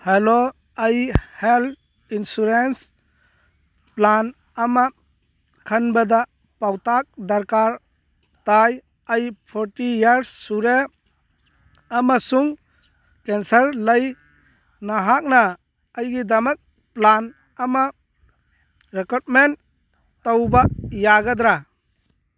hello ꯑꯩ health insurance plan ꯑꯃ ꯈꯟꯕꯗ ꯄꯥꯎꯇꯥꯛ ꯗꯔꯀꯥꯔ ꯇꯥꯏ ꯑꯩ ꯐꯣꯔꯇꯤ ꯏꯌꯥꯔꯁ ꯁꯨꯔꯦ ꯑꯃꯁꯨꯡ ꯀꯦꯟꯁꯔ ꯂꯩ ꯅꯍꯥꯛꯅ ꯑꯩꯒꯤꯗꯃꯛ ꯄ꯭ꯂꯥꯟ ꯑꯃ ꯔꯤꯀꯃꯦꯟ ꯇꯧꯕ ꯌꯥꯒꯗ꯭ꯔꯥ